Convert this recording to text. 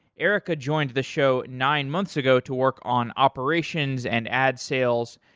erika joined the show nine months ago to work on operations and ad sales,